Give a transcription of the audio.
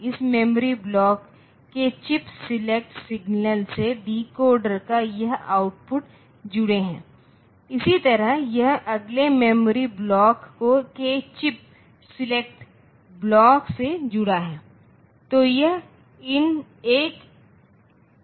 इस memory block के chip select signal से डिकोडर का यह आउटपुट जुड़े है इसी तरह यह अगले मेमोरी ब्लॉक के चिप्स सेलेक्ट ब्लॉक से जुड़ा है